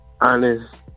honest